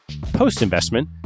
Post-investment